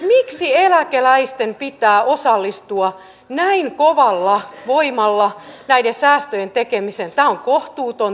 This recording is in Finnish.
miksi eläkeläisten pitää osallistua näin kovalla voimalla näiden säästöjen tekemiseen